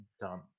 done